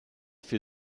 für